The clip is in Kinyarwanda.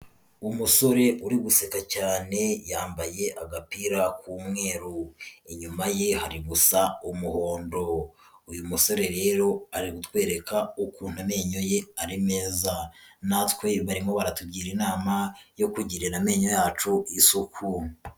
Umusore uri guseka cyane yambaye agapira k'umweru, inyuma ye hari gusa umuhondo, uyu musore rero ari kutwereka ukuntu amenyo ye ari meza, natwe barimo baratugira inama yo kugirira amenyo yacu y isuku.